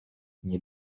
nie